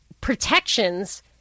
protections